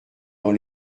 dans